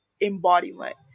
embodiment